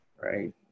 right